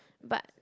but